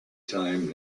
time